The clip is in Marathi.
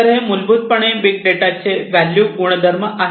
तर हे मूलभूतपणे बिग डेटाचे व्हॅल्यू गुणधर्म आहे